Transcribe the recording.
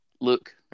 look